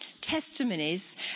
Testimonies